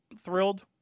thrilled